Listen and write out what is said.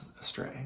astray